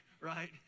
right